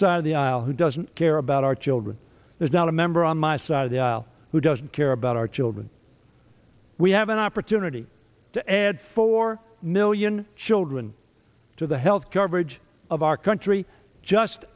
side of the aisle who doesn't care about our children there's not a member on my side of the aisle who doesn't care about our children we have an opportunity to add four million children to the health coverage of our country just